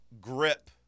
grip